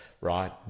right